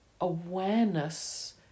awareness